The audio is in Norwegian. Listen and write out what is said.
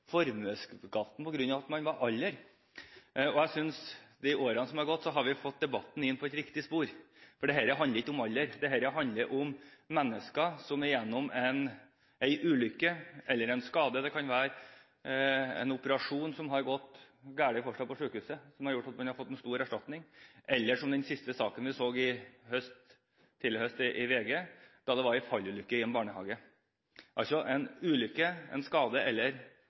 Jeg synes vi i løpet av årene som har gått, har fått debatten inn på et riktig spor, for dette handler ikke om alder. Det handler om mennesker, som har vært igjennom en ulykke eller fått en skade, f.eks. ved at en operasjon på sykehus har båret galt av sted, som har medført en stor erstatning – eller, som den siste saken vi leste om i VG tidlig i høst, en fallulykke i en barnehage. Dette er altså snakk om en ulykke, en skade eller